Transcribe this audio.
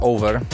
Over